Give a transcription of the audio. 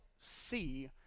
see